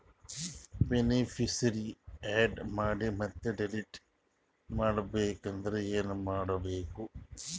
Beneficiary, add ಮಾಡಿ ಮತ್ತೆ delete ಮಾಡಬೇಕೆಂದರೆ ಏನ್ ಮಾಡಬೇಕು?